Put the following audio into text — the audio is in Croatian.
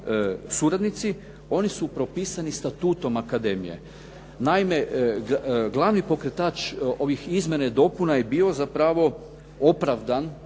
suradnici, oni su propisani Statutom akademije. Naime, glavni pokretač ovih izmjena i dopuna je bio zapravo opravdan